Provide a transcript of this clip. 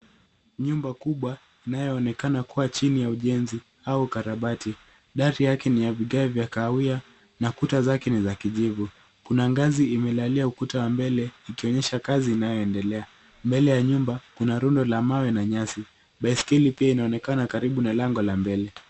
Nyumba kubwa inayoonekana kua chini ya ujenzi au ukarabati. Dari yake ni ya vigae vya kahawia, na kuta zake ni za kijivu. Kuna ngazi imelalia ukuta wa mbele, likionyesha kazi inayoendelea. Mbele ya nyumba kuna rundo la mawe na nyasi. Baiskeli pia inaonekana karibu na lango la mbele.